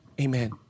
Amen